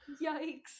Yikes